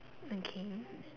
okay